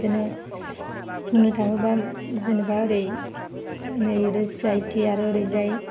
बिदिनो बुंनो थाङोबा जेनेबा एरै नै सि आइ टि आरो आरैजाय